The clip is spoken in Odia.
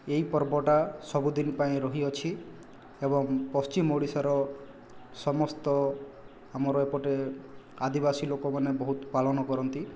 ଏହି ପର୍ବଟା ସବୁଦିନ ପାଇଁ ରହିଅଛି ଏବଂ ପଶ୍ଚିମ ଓଡ଼ିଶାର ସମସ୍ତ ଆମର ଏପଟେ ଆଦିବାସୀ ଲୋକମାନେ ବହୁତ ପାଲନ କରନ୍ତି